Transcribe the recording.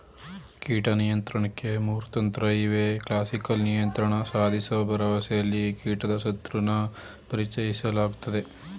ಕೀಟ ನಿಯಂತ್ರಣಕ್ಕೆ ಮೂರು ತಂತ್ರಇವೆ ಕ್ಲಾಸಿಕಲ್ ನಿಯಂತ್ರಣ ಸಾಧಿಸೋ ಭರವಸೆಲಿ ಕೀಟದ ಶತ್ರುನ ಪರಿಚಯಿಸಲಾಗ್ತದೆ